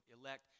elect